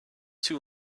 too